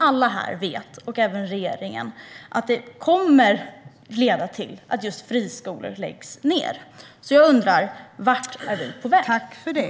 Dessutom vet alla vi här och regeringen att detta kommer att leda till att just friskolor läggs ned. Jag undrar: Vart är vi på väg?